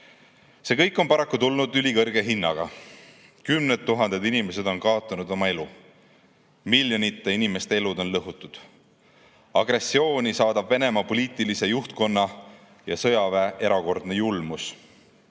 See kõik on paraku tulnud ülikõrge hinnaga. Kümned tuhanded inimesed on kaotanud oma elu. Miljonite inimeste elu on lõhutud. Agressiooni saadab Venemaa poliitilise juhtkonna ja sõjaväe erakordne julmus.